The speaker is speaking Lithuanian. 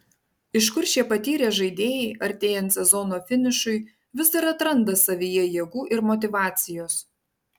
iš kur šie patyrę žaidėjai artėjant sezono finišui vis dar atranda savyje jėgų ir motyvacijos